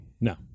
No